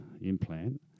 implant